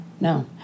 No